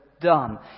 done